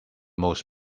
most